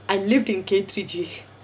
I lived in K three G